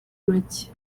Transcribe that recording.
make